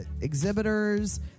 exhibitors